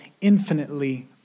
infinitely